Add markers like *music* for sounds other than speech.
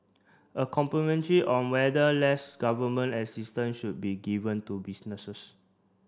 a *unintelligible* on whether less government assistance should be given to businesses